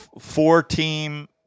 four-team –